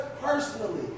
personally